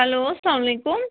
hello اسلام علیکُم